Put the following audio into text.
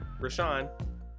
Rashawn